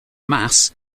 mass